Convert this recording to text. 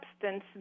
substance